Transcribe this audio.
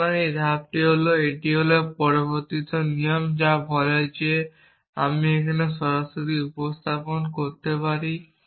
সুতরাং এই ধাপটি হল এটি হল পরিবর্তিত নিয়ম যা বলে যে আমি এখানে সরাসরি প্রতিস্থাপন করতে পারি